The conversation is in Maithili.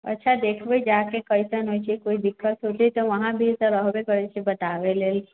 अच्छा देखबै जाके कैसन होइ छै कोई दिक्कत होते तऽ वहाँ भी तऽ रहबै करै छै बताबय लेल